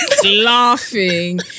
laughing